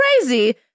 crazy